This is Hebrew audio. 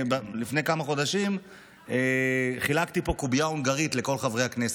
לפני כמה חודשים חילקתי פה קובייה הונגרית לכל חברי הכנסת.